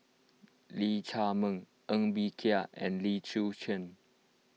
Lee Chiaw Meng Ng Bee Kia and Lim Chwee Chian